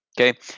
okay